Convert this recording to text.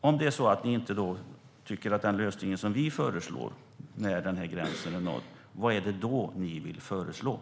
Om ni då inte tycker om den lösning som vi föreslår för när gränsen är nådd, vad är det då ni föreslår?